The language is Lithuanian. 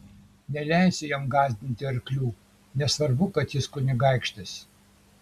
neleisiu jam gąsdinti arklių nesvarbu kad jis kunigaikštis